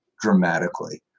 dramatically